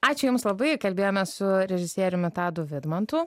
ačiū jums labai kalbėjome su režisieriumi tadu vidmantu